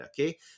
Okay